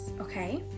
okay